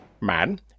man